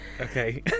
okay